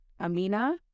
Amina